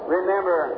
Remember